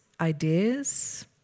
ideas